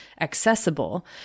accessible